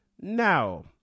now